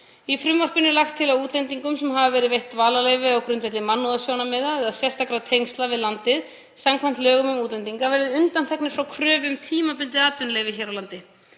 Í frumvarpinu er lagt til að útlendingum sem hafa verið veitt dvalarleyfi á grundvelli mannúðarsjónarmiða eða sérstakra tengsla við landið samkvæmt lögum um útlendinga verði undanþegnir frá kröfu um tímabundið atvinnuleyfi hér á landi.